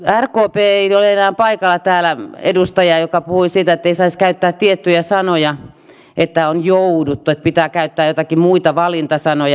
rkpltä ei ole enää paikalla täällä edustaja joka puhui siitä että ei saisi käyttää tiettyjä sanoja on jouduttu että pitää käyttää joitakin muita valinta sanoja